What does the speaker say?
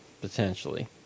potentially